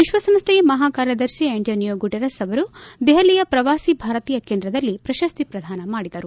ವಿಶ್ವಸಂಸ್ಟೆಯ ಮಹಾಕಾರ್ಯದರ್ಶಿ Antonio Guterres ಅವರು ದೆಹಲಿಯ ಪ್ರವಾಸಿ ಭಾರತೀಯ ಕೇಂದ್ರದಲ್ಲಿ ಪ್ರಶಸ್ತಿ ಪ್ರದಾನ ಮಾಡಿದರು